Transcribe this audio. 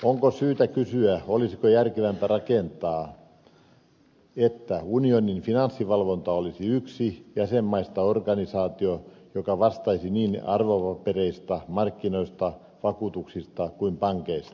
onkin syytä kysyä olisiko järkevämpää että unionin finanssivalvonta olisi yhdessä jäsenmaista organisaatio joka vastaisi niin arvopapereista markkinoista vakuutuksista kuin pankeista